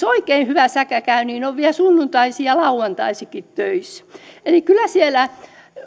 oikein hyvä säkä käy on vielä sunnuntaisin ja lauantaisinkin töissä eli kyllä siellä